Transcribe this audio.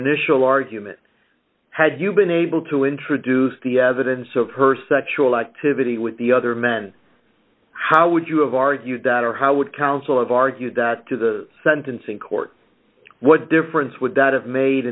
initial argument had you been able to introduce the evidence of her sexual activity with the other men how would you have argued that or how would counsel have argued that to the sentencing court what difference would that have made